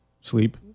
Sleep